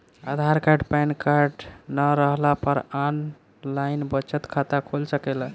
आधार card PAN card न रहला पर आन लाइन बचत खाता खुल सकेला का?